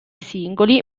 singoli